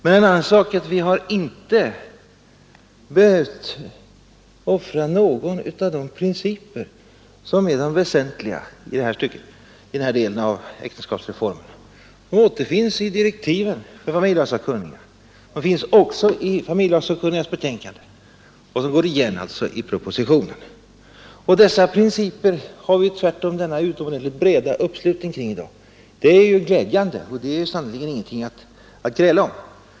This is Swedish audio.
Men en annan sak är att vi inte behövt offra någon av de principer som är väsentliga i denna del av äktenskapsreformen, de återfinns i direktiven till familjelagssakkunniga och i familjelagssakkunnigas betänkande, och de går alltså igen i propositionen. Dessa principer har vi tvärtom en utomordentligt bred uppslutning kring i dag. Det är glädjande och sannerligen ingenting att gräla om.